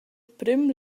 prüm